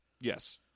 Yes